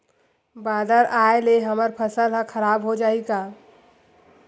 बादर आय ले हमर फसल ह खराब हो जाहि का?